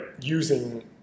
using